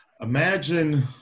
imagine